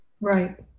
Right